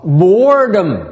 boredom